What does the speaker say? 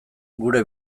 gure